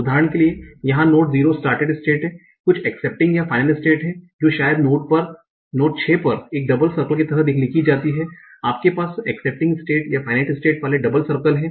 उदाहरण के लिए यहाँ नोड 0 स्टाटेड स्टेट है और कुछ एक्सेप्टिंग या फाइनल स्टेटस हैं जो शायद नोड 6 पर एक डबल सर्कल की तरह लिखी जाती हैं आपके पास एक्सेप्टिंग स्टेट या फाइनाइट स्टेट वाले डबल सर्कल है